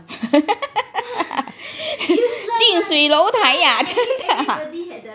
进水流台啊真的啊